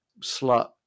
slut